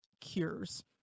cures